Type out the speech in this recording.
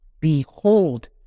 Behold